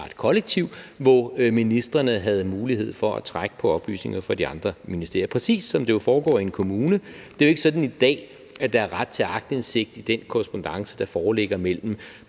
et kollektiv, hvor ministrene havde mulighed for at trække på oplysninger fra de andre ministerier, præcis som det jo foregår i en kommune. Det er jo ikke sådan i dag, at der er ret til aktindsigt i den korrespondance, der foreligger mellem